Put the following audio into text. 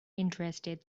interested